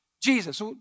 Jesus